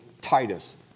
Titus